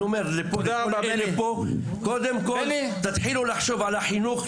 אני אומר שקודם כל תתחילו לחשוב על החינוך.